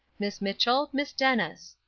miss mitchell, miss dennis.